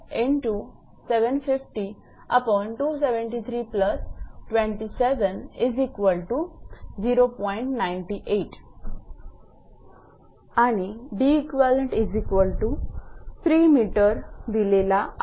आणि 𝐷𝑒𝑞 3 𝑚 दिलेला आहे